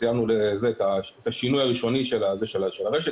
סיימנו את השינוי הראשוני של הרשת,